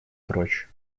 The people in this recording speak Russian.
прочь